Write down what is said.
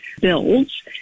bills